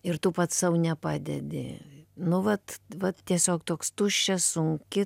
ir tu pats sau nepadedi nu vat vat tiesiog toks tuščias sunki